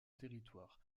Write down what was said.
territoire